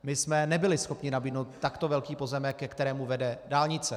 My jsme nebyli schopni nabídnout takto velký pozemek, ke kterému vede dálnice.